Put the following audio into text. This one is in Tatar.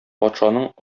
патшаның